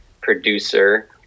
producer